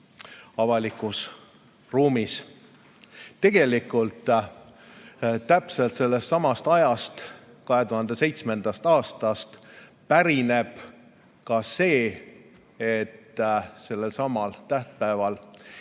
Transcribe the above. avalikus ruumis. Tegelikult täpselt sellestsamast ajast, 2007. aastast pärineb ka see, et sellelsamal tähtpäeval